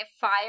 fire